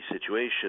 situation